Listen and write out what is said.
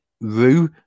rue